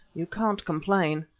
you can't complain.